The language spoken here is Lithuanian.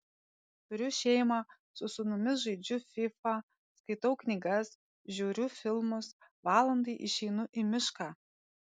turiu šeimą su sūnumis žaidžiu fifa skaitau knygas žiūriu filmus valandai išeinu į mišką